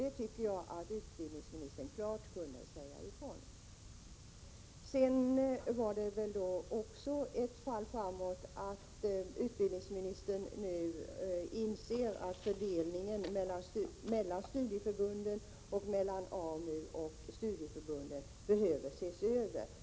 Det kunde utbildningsministern klart ha sagt ifrån. Det är också ett fall framåt att utbildningsministern nu inser att fördelningen mellan studieförbunden och mellan AMU och studieförbunden behöver ses över.